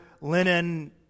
linen